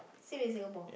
same in Singapore